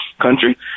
country